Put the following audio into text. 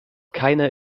keiner